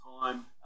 time